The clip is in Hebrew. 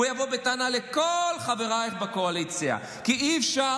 הוא יבוא בטענה לכל חברייך בקואליציה כי אי-אפשר